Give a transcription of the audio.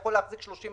הוא יכול להחזיק 30,